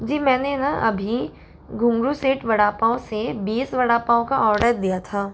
जी मैंने ना अभी घुंघरू सेठ वड़ा पाँव से बीस वड़ा पाँव का ऑर्डर दिया था